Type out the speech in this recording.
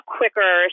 quicker